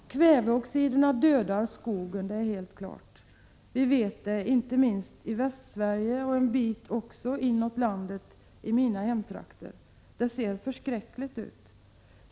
Kväveoxiderna dödar skogen, det står helt klart. Det vet vi inte minst i Västsverige och ett stycke in i landet, i mina hemtrakter. Det ser förskräckligt ut.